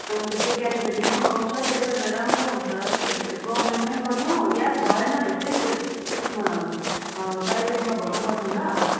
अन्त त्यो क्याटोगोरीमा पनि आउँछ त्यसले गर्दा राम्रो हुन्छ गभर्मेन्टमै गर्नु या भएन भने चाहिँ उएसमा प्राइभेटमा भए पनि गर्नु ल